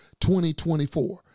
2024